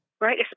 Right